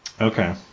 Okay